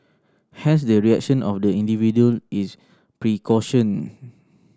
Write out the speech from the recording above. hence the reaction of the individual is precaution